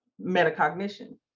metacognition